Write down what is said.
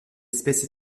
espèce